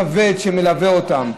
עם מטען כבד שמלווה אותם.